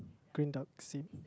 green duck see